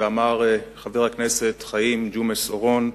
שאמר חבר הכנסת חיים ג'ומס אורון.